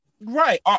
right